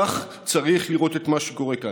כך צריך לראות את מה שקורה כאן.